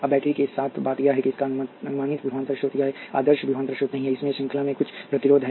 अब बैटरी के साथ बात यह है कि इसका अनुमानित विभवांतर स्रोत यह एक आदर्श विभवांतर स्रोत नहीं है इसमें श्रृंखला में कुछ प्रतिरोध है